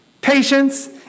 patience